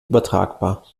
übertragbar